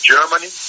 Germany